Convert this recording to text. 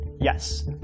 Yes